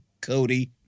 Cody